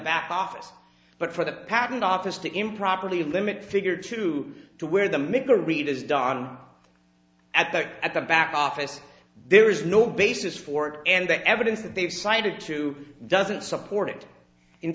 back office but for the patent office to improperly limit figure two to where the maker read is done at the at the back office there is no basis for it and the evidence that they've cited to doesn't support it in